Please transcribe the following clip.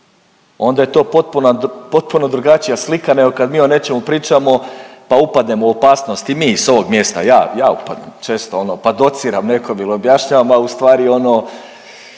onda je to potpuno drugačija slika nego kad mi o nečemu pričamo pa upadnemo u opasnost i mi s ovog mjesta, ja upadnem često pa dociram nekom il objašnjavam, a ustvari ono